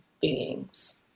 beings